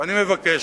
אני מבקש,